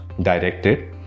directed